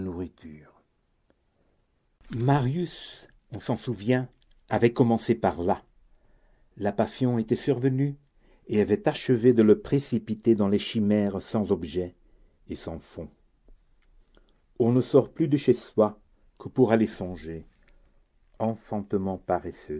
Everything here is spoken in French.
nourriture marius on s'en souvient avait commencé par là la passion était survenue et avait achevé de le précipiter dans les chimères sans objet et sans fond on ne sort plus de chez soi que pour aller songer enfantement paresseux